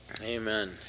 Amen